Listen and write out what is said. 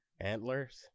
antlers